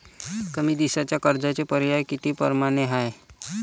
कमी दिसाच्या कर्जाचे पर्याय किती परमाने हाय?